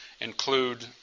include